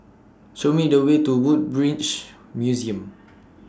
Show Me The Way to Woodbridge Museum